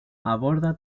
aborda